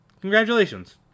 Congratulations